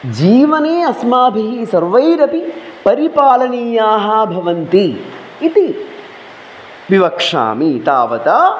जीवने अस्माभिः सर्वैरपि परिपालनीयाः भवन्ति इति विवक्षामि तावत्